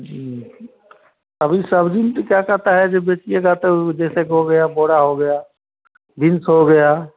जी अभी सब्जी में क्या कहता है की बेचिएगा तो वो जैसे हो गया बोड़ा हो गया बीन्स हो गया